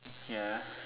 ya